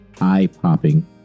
eye-popping